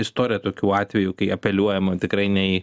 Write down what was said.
istorija tokių atvejų kai apeliuojama tikrai ne į